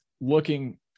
looking